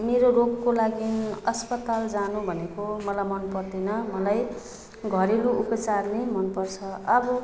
मेरो रोगको लागि अस्पताल जानु भनेको मलाई मनपर्दैन मलाई घरेलु उपचार नै मनपर्छ अब